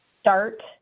start